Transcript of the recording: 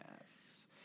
Yes